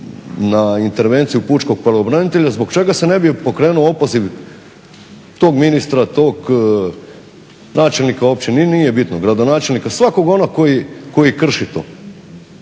na intervenciju pučkog pravobranitelja, zbog čega se ne bi pokrenuo opoziv tog ministra, tog načelnika općine i nije bitno, gradonačelnika, svakog onog koji krši to?